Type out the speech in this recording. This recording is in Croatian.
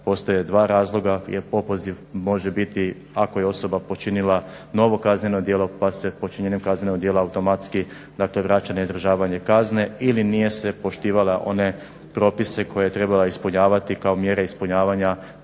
Postoje dva razloga, jer opoziv može biti ako je osoba počinila novo kazneno djelo pa se počinjenjem kaznenog djela automatski, dakle vraća na izdržavanje kazne ili nije se poštivala one propise koje je trebala ispunjavati kao mjere ispunjavanja